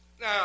Now